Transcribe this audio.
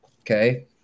okay